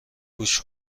گوش